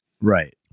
Right